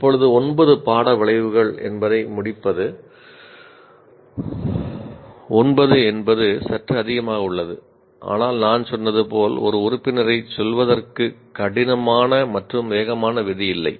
இப்போது 9 பாட விளைவுகள் என்பதை முடிப்பது 9 என்பது சற்று அதிகமாக உள்ளது ஆனால் நான் சொன்னது போல் ஒரு உறுப்பினரைச் சொல்வதற்கு கடினமான மற்றும் வேகமான விதி இல்லை